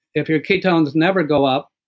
if your ketones never go up,